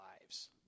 lives